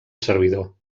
servidor